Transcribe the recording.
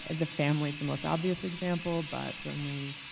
the families the most obvious example, but certainly,